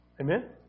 Amen